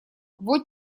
вот